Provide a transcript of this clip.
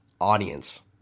audience